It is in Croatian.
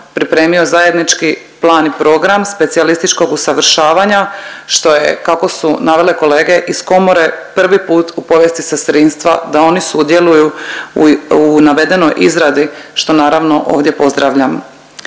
pripremio zajednički plan i program specijalističkog usavršavanja što je kako su navele kolege iz komore prvi put u povijesti sestrinstva da oni sudjeluju u navedenoj izradi što naravno ovdje pozdravljam.